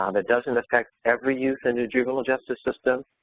um it doesn't affect every youth in the juvenile justice system,